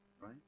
Right